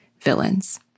villains